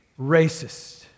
racist